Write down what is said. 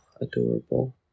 adorable